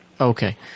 Okay